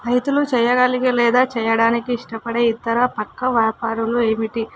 రైతులు చేయగలిగే లేదా చేయడానికి ఇష్టపడే ఇతర పక్కా వ్యాపారులు ఏమిటి ఆ ఆ